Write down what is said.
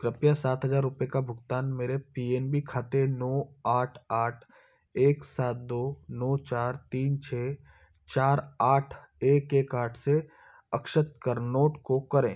कृपया सात हज़ार रुपये का भुगतान मेरे पी एन बी खाते नौ आठ आठ एक सात दो नौ चार तीन छः चार आठ एक एक आठ से अक्षत करनोट को करें